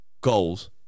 goals